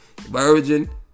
virgin